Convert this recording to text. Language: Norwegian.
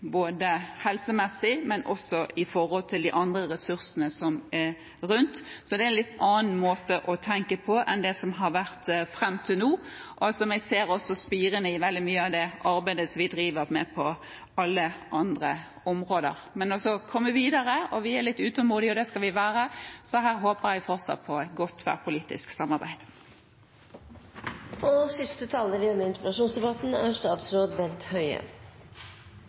både helsemessig og i forhold til de andre ressursene som er rundt. Dette er en litt annen måte å tenke på enn det som har vært fram til nå, og som jeg også ser spirer i veldig mye av det arbeidet som vi gjør på alle andre områder. En må altså komme videre. Vi er litt utålmodige, og det skal vi være. Så her håper jeg fortsatt på et godt tverrpolitisk